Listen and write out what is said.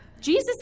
Jesus